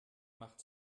macht